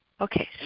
Okay